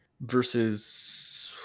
versus